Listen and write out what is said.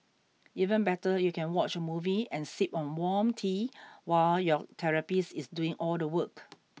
even better you can watch a movie and sip on warm tea while your therapist is doing all the work